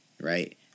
right